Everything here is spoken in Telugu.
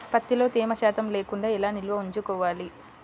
ప్రత్తిలో తేమ శాతం లేకుండా ఎలా నిల్వ ఉంచుకోవాలి?